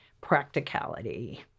practicality